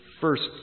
first